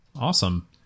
Awesome